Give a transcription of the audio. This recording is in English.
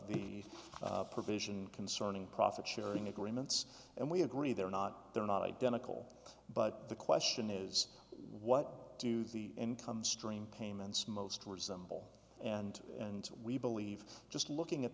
the provision concerning profit sharing agreements and we agree they're not they're not identical but the question is what do the income stream payments most resemble and and we believe just looking at